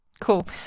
Cool